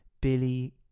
Billy